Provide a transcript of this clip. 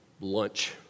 lunch